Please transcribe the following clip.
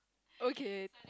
okay